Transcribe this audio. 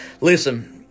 listen